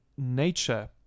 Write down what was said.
Nature